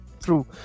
true